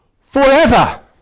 forever